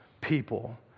people